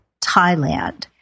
Thailand